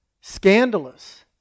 scandalous